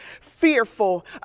fearful